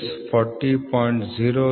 LLS 40